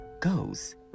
goes